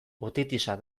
otitisa